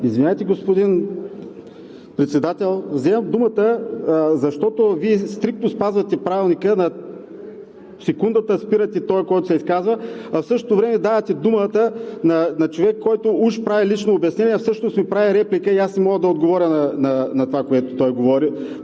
Извинявайте, господин Председател, вземам думата, защото Вие стриктно спазвате Правилника – на секундата спирате този, който се изказва, а в същото време давате думата на човек, който уж прави лично обяснение, а всъщност ми прави реплика и аз не мога да отговоря на това, което той говори